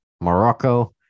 Morocco